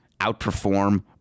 outperform